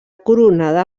coronada